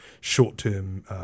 short-term